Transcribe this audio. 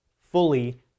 fully